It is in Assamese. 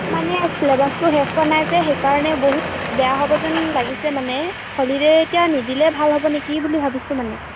মানে ছিলেবাছটো শেষ হোৱা নাই যে সেইকাৰণে বহুত বেয়া হ'ব যেন লাগিছে মানে হলীডে এতিয়া নিদিলে ভাল হ'ব নেকি বুলি ভাবিছোঁ মানে